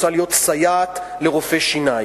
רוצה להיות סייעת לרופא שיניים,